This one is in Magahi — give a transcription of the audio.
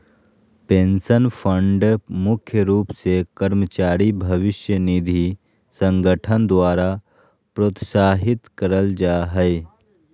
पेंशन फंड मुख्य रूप से कर्मचारी भविष्य निधि संगठन द्वारा प्रोत्साहित करल जा हय